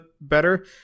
better